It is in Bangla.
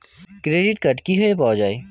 ক্রেডিট কার্ড কিভাবে পাওয়া য়ায়?